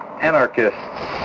Anarchists